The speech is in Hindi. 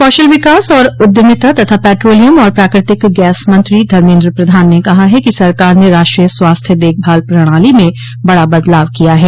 कौशल विकास और उद्यमिता तथा पैट्रोलियम और प्राकृतिक गैस मंत्री धर्मेन्द्र प्रधान ने कहा है कि सरकार ने राष्ट्रीय स्वास्थ्य देखभाल प्रणाली में बड़ा बदलाव किया है